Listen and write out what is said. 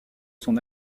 son